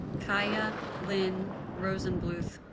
kiyah lynn rosenbluth